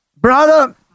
brother